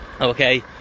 Okay